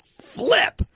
Flip